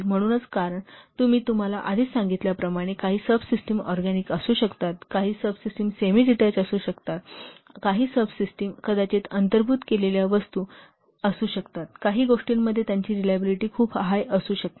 म्हणूनच कारण मी तुम्हाला आधीच सांगितल्याप्रमाणे काही सबसिस्टिम ऑरगॅनिक असू शकतात काही सबसिस्टिम सेमी डिटॅच असू शकतात काही सबसिस्टिम कदाचित अंतर्भूत केलेल्या वस्तू असू शकतात काही गोष्टींमध्ये त्यांची रिलायबिलिटी खूप हाय असू शकते